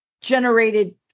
generated